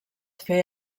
fer